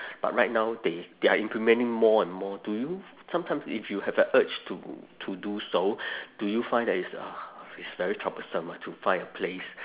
but right now they they are implementing more and more do you sometimes if you have a urge to to do so do you find that it's uh it's very troublesome to find a place